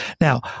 Now